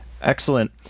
Excellent